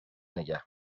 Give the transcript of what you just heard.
نگه